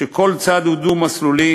כשכל צד הוא דו-מסלולי,